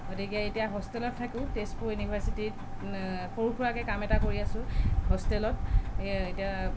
গতিকে এতিয়া হোষ্টেলত থাকোঁ তেজপুৰ ইউনিৰ্ভাচিটীত সৰু সুৰাকে কাম এটা কৰি আছোঁ হোষ্টেলত সেয়ে এতিয়া